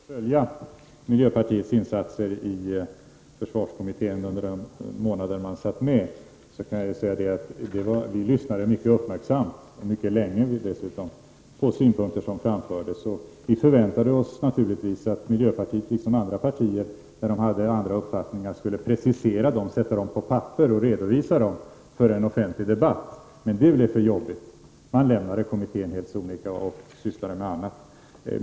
Fru talman! Jag har haft tillfälle att följa miljöpartiets insatser i försvarskommittén under de månader som de satt med. Vi lyssnade mycket uppmärksamt, mycket länge dessutom, på synpunkter som framfördes. Vi förväntade oss naturligtvis att miljöpartiet, liksom andra partier, skulle precisera sig när de hade andra uppfattningar, sätta dem på papper och redovisa dem i offentlig debatt. Men det blev för jobbigt. Man lämnade kommittén helt sonika och sysslade med annat.